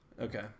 Okay